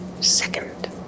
second